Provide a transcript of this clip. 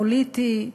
הפוליטי,